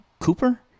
Cooper